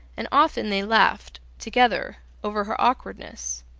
and often they laughed together over her awkwardness.